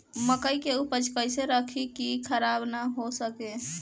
मकई के उपज कइसे रखी की खराब न हो सके?